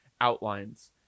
outlines